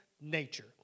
nature